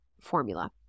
formula